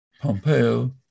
Pompeo